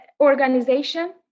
organization